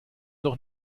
doch